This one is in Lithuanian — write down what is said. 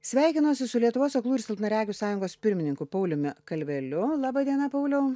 sveikinuosi su lietuvos aklųjų ir silpnaregių sąjungos pirmininku pauliumi kalveliu laba diena pauliau